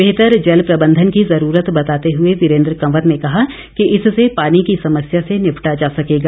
बेहतर जल प्रबंधन की जरूरत बताते हुए वीरेंद्र कंवर ने कहा कि इससे पानी की समस्या से निपटा जा सकेगा